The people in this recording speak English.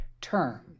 term